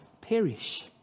perish